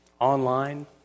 online